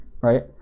right